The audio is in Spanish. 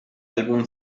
álbum